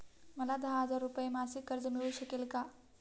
मला दहा हजार रुपये मासिक कर्ज मिळू शकेल का?